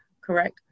correct